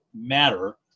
matter